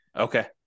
Okay